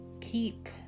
keep